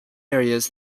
areas